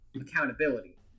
accountability